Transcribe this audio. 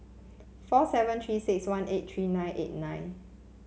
four seven Three six one eight three nine eight nine